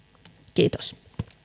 kiitos